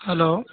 hello